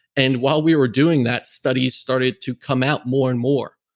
and while we were doing that, studies started to come out more and more.